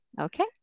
okay